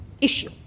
issue